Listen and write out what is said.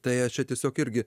tai aš čia tiesiog irgi